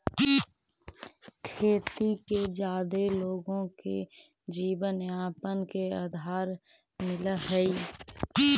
खेती में जादे लोगो के जीवनयापन के आधार मिलऽ हई